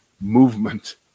movement